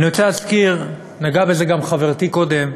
אני רוצה להזכיר, ונגעה בזה גם חברתי קודם,